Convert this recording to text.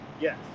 yes